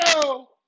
go